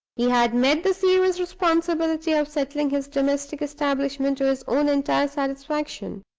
he had met the serious responsibility of settling his domestic establishment to his own entire satisfaction.